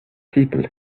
people